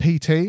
PT